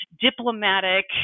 diplomatic